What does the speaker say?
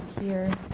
here,